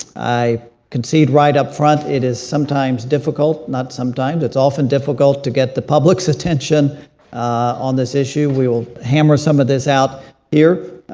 i concede right upfront, it is sometimes difficult not sometimes it's often difficult to get the public's attention on this issue. we will hammer some of this out here.